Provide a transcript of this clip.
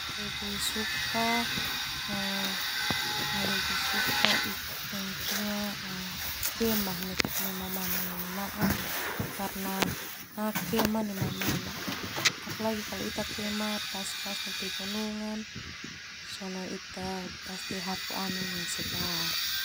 Lebih suka au lebih suka tunga kemah nai mamanak manaa apalagi kalau ita kemah pas nai pegunungan ita hapu anin yang segar.